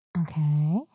Okay